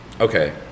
okay